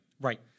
Right